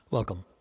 Welcome